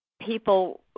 people